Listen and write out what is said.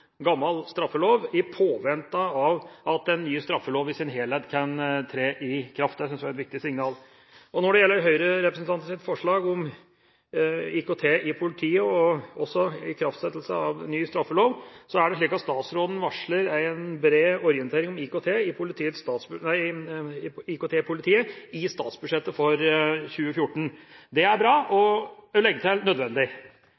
gammel straffelov i påvente av at den nye straffeloven i sin helhet kan tre i kraft. Det syns jeg er et viktig signal. Når det gjelder Høyre-representantenes forslag, om IKT i politiet, ikrafttredelse av ny straffelov, er det slik at statsråden varsler en bred orientering om IKT i politiet i statsbudsjettet for 2014. Det er bra,